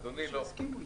אדוני, לא.